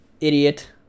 idiot